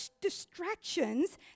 distractions